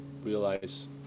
realize